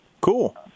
Cool